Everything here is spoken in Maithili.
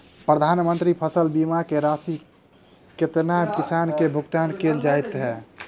प्रधानमंत्री फसल बीमा की राशि केतना किसान केँ भुगतान केल जाइत है?